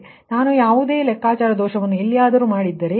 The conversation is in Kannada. ಆದ್ದರಿಂದ ನಾನು ಯಾವುದೇ ಲೆಕ್ಕಾಚಾರದ ದೋಷವನ್ನು ಎಲ್ಲಿಯಾದರೂ ಮಾಡಿದರೆ